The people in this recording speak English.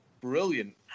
Brilliant